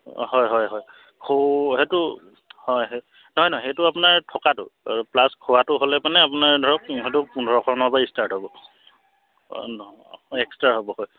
হয় হয় হয় সু সেইটো হয় নহয় নহয় সেইটো আপোনাৰ থকাটো প্লাছ খোৱাটো হ'লে মানে আপোনাৰ ধৰক সেইটো পোন্ধৰশমানৰ পৰা ষ্টাৰ্ট হ'ব এক্সট্ৰা হ'ব হয়